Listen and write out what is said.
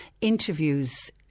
interviews